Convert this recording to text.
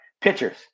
pitchers